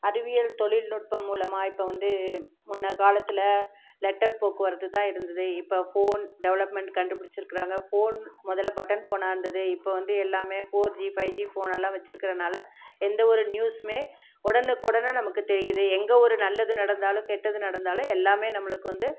அறிவியல் தொழில்நுட்பம் மூலமாக இப்போ வந்து முன் காலத்தில் லெட்டர் போக்குவரத்து தான் இருந்தது இப்போ ஃபோன் டெவலப்மெண்ட் கண்டுபிடிச்சிருக்குறாங்க ஃபோன் மொதல்ல பட்டன் ஃபோனாக இருந்தது இப்போ வந்து எல்லாமே ஃபோர்ஜி ஃபைவ்ஜி ஃபோனெல்லாம் வெச்சிருக்கிறதுனால எந்த ஒரு நியூஸுமே உடனுக்கோடன நமக்கு தெரியுது எங்கே ஒரு நல்லது நடந்தாலும் கெட்டது நடந்தாலும் எல்லாமே நம்மளுக்கு வந்து